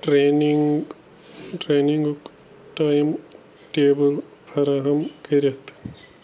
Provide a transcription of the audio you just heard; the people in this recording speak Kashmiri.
ٹرٛینِنٛگ ٹرٛینِگُک ٹایم ٹیبٕل فراہم کٔرتھ